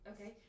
Okay